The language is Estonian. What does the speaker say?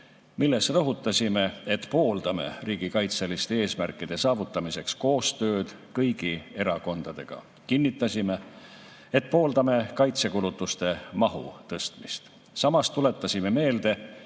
milles rõhutasime, et pooldame riigikaitseliste eesmärkide saavutamiseks koostööd kõigi erakondadega. Kinnitasime, et pooldame kaitsekulutuste mahu tõstmist. Samas tuletasime meelde